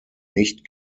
nicht